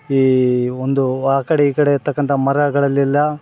ಈ ಒಂದು ಆ ಕಡೆ ಈ ಕಡೆ ಇರ್ತಕಂಥ ಮರಗಳಲ್ಲಿ ಎಲ್ಲ